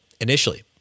initially